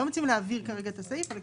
לא מציעים כרגע להעביר את הסעיף אלא